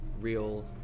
real